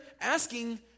asking